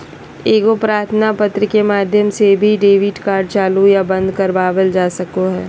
एगो प्रार्थना पत्र के माध्यम से भी डेबिट कार्ड चालू या बंद करवावल जा सको हय